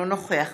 אינו נוכח